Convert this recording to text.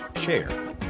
share